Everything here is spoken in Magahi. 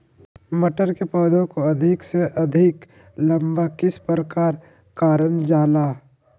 मटर के पौधा को अधिक से अधिक लंबा किस प्रकार कारण जाला?